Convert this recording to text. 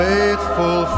Faithful